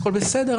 הכול בסדר,